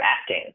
acting